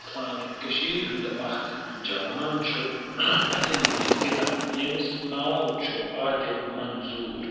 سانہِ کٔشیٖرِ ہُنٛد اَکھ جوان چھُ اٮ۪تھلیٖٹ گِندان ییٚمِس ناو چھُ عادِل منظوٗر